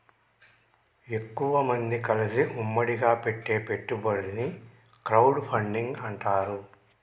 ఎక్కువమంది కలిసి ఉమ్మడిగా పెట్టే పెట్టుబడిని క్రౌడ్ ఫండింగ్ అంటారు